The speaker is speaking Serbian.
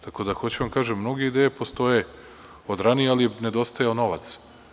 Tako da, hoću da vam kažem da mnoge ideje postoje od ranije, ali je nedostajao novac.